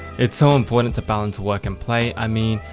it's so important to balance work and play. i mean,